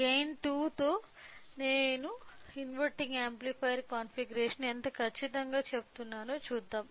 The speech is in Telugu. గైన్ 2 తో నేను ఇన్వెర్టింగ్ యాంప్లిఫైయర్ కాన్ఫిగరేషన్ను ఎంత ఖచ్చితంగా చేస్తున్నానో చూద్దాం